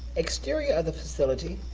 exterior of the facility,